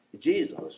jesus